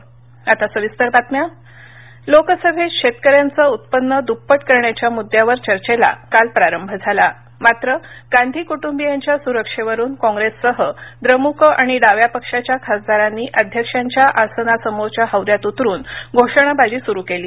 संसद लोकसभेत शेतकऱ्यांचं उत्पन्न द्प्पट करण्याच्या मुद्यावर चर्चेला काल प्रारंभ झाला मात्र गांधी कुटुंबियांच्या सुरक्षेवरून काँग्रेससह द्रमुक आणि डाव्या पक्षांच्या खासदारांनी अध्यक्षांच्या आसनासमोरच्या हौद्यात उतरून घोषणाबाजी सुरू केली